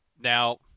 Now